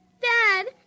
Dad